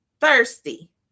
Thirsty